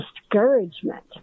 discouragement